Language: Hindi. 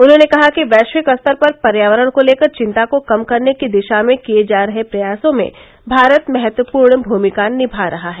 उन्होंने कहा कि वैश्विक स्तर पर पर्यावरण को लेकर चिन्ता को कम करने की दिशा में किये जा रहे प्रयासों में भारत महत्वपूर्ण भूमिका निभा रहा है